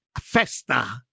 festa